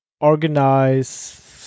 organize